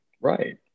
Right